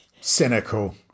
Cynical